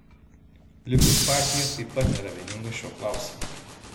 likud partija taip pat nėra vieninga šiuo klausimu